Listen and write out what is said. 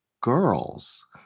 girls